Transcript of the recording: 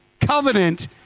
covenant